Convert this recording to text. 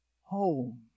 home